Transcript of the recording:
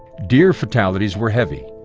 deer fatalities were heavy,